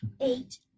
eight